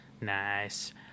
Nice